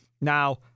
Now